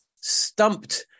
Stumped